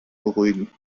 beruhigen